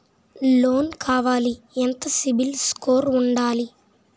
Loan కావాలి ఎంత CIBIL score ఉండాలి?